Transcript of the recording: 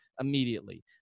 immediately